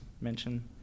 mention